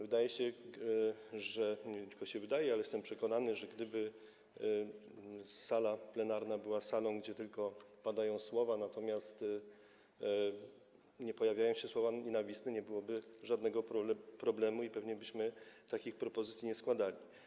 Wydaje się, że... nie tylko się wydaje, ale jestem przekonany, że gdyby sala plenarna była salą, gdzie padają tylko słowa... gdzie nie pojawiają się słowa nienawistne, nie byłoby żadnego problemu i pewnie byśmy takich propozycji nie składali.